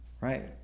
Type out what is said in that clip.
right